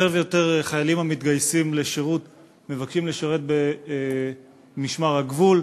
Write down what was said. יותר ויותר חיילים המתגייסים לשירות מבקשים לשרת במשמר הגבול.